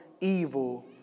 evil